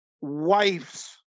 wife's